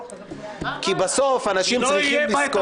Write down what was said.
אני חושב שאף אחד יתחרה בזה.